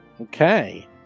Okay